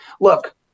look